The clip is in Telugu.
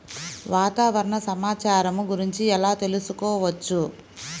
వాతావరణ సమాచారము గురించి ఎలా తెలుకుసుకోవచ్చు?